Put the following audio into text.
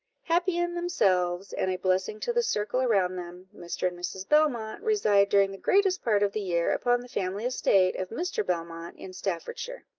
happy in themselves, and a blessing to the circle around them, mr. and mrs. belmont reside during the greatest part of the year upon the family estate of mr. belmont in staffordshire.